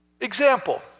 Example